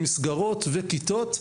מסגרות וכיתות,